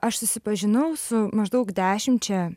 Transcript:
aš susipažinau su maždaug dešimčia